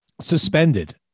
Suspended